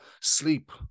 sleep